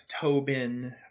tobin